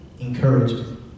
encouragement